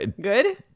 good